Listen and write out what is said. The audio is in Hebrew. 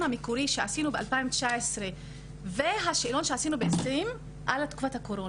המקורי שעשינו ב-2019 והשאלון שעשינו ב-2020 על תקופת הקורונה.